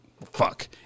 fuck